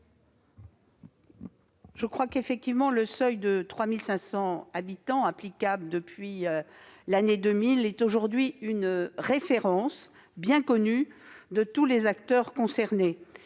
l'avis du Gouvernement ? Le seuil de 3 500 habitants, applicable depuis l'an 2000, est aujourd'hui une référence bien connue de tous les acteurs concernés.